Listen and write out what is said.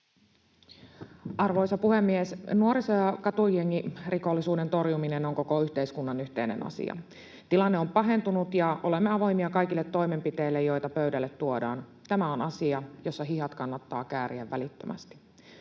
Arvoisa puhemies! Nuoriso- ja katujengirikollisuuden torjuminen on koko yhteiskunnan yhteinen asia. Tilanne on pahentunut, ja olemme avoimia kaikille toimenpiteille, joita pöydälle tuodaan. Tämä on asia, jossa hihat kannattaa kääriä välittömästi.